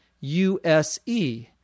U-S-E